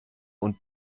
und